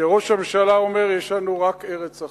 כשראש הממשלה אומר: יש לנו רק ארץ אחת,